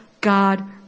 God